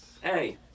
Hey